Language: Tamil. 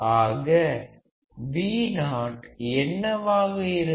ஆக Vo என்னவாக இருக்கும்